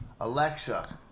Alexa